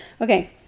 okay